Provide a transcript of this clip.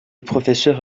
professeurs